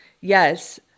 Yes